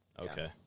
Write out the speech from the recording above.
Okay